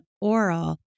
oral